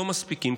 לא מספיקים,